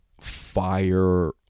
fire